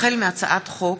החל בהצעת חוק